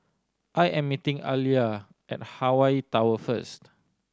I am meeting Aaliyah at Hawaii Tower first